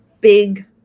big